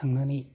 थांनानै